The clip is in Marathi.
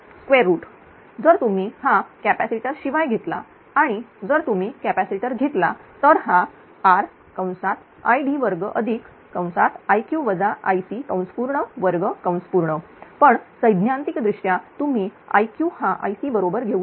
जर तुम्ही हा कॅपॅसिटर शिवाय घेतला आणि जर तुम्ही कॅपॅसिटरघेतला तर हा RId22 पण सैद्धांतिकदृष्ट्या तुम्ही Iq हा Ic बरोबर करू शकता